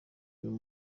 uyu